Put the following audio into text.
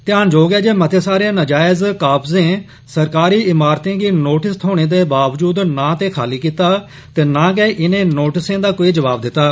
ध्यानजोग ऐ जे मते सारे नाजायज़ कब्जे सरकारी इमारतें गी नोटिस थ्होने दे बावजूद नां ते खाली कीता ऐ ते नां गै इनें नोटिसें दा जवाब दित्ता